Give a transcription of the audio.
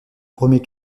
premier